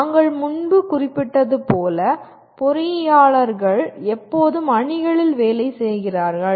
நாங்கள் முன்பு குறிப்பிட்டது போல பொறியாளர்கள் எப்போதும் அணிகளில் வேலை செய்கிறார்கள்